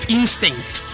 instinct